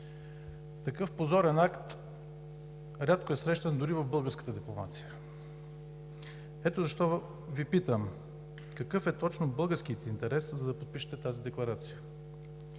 Такъв позорен акт е рядко срещан дори в българската дипломация. Ето защо Ви питам: какъв точно е българският интерес, за да подпишете тази декларация?